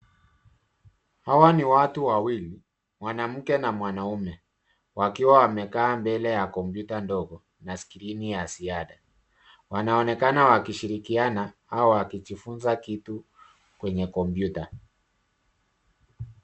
Hawa ni watu wawili. Mwanamke na mwanaume wakiwa wamekaa mbele ya kompyuta ndogo na skrini ya ziada. Wanaonekana wakishiriakiana au kujifunza kitu kwenye kompyuta.